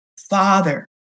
Father